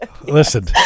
Listen